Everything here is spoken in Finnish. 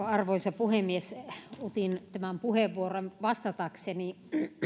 arvoisa puhemies otin tämän puheenvuoron vastatakseni